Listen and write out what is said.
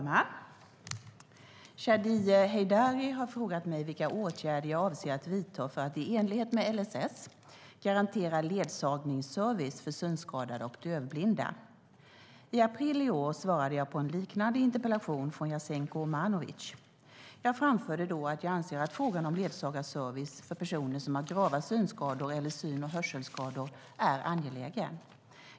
Fru talman! Shadiye Heydari har frågat mig vilka åtgärder jag avser att vidta för att i enlighet med LSS garantera ledsagningsservice för synskadade och dövblinda. I april i år svarade jag på en liknande interpellation från Jasenko Omanovic. Jag framförde då att jag anser att frågan om ledsagarservice för personer som har grava synskador eller syn och hörselskador är angelägen.